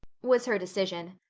was her decision.